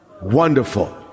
Wonderful